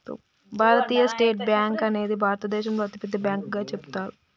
భారతీయ state bank అనేది భారతదేశంలోనే అతిపెద్ద బ్యాంకుగా చెబుతారు